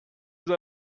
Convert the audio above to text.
vous